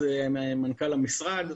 אז מנכ"ל המשרד.